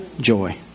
joy